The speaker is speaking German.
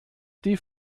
die